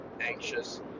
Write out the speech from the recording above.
anxious